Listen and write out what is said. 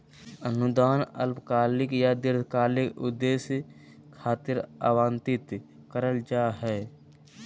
अनुदान अल्पकालिक या दीर्घकालिक उद्देश्य खातिर आवंतित करल जा हय